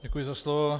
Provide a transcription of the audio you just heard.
Děkuji za slovo.